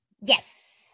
yes